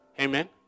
Amen